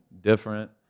different